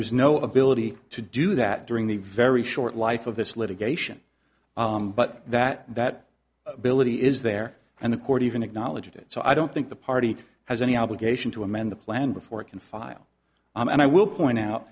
was no ability to do that during the very short life of this litigation but that that ability is there and the court even acknowledged it so i don't think the party has any obligation to amend the plan before it can file and i will point out